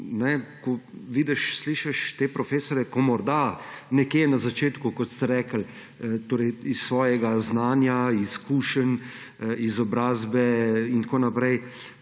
slišiš te profesorje, ko morda nekje na začetku, kot ste rekli, iz svojega znanja, izkušenj, izobrazbe in tako naprej